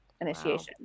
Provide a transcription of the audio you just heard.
initiation